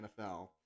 NFL